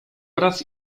wraz